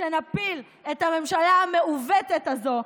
כשנפיל את הממשלה המעוותת הזאת,